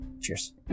Cheers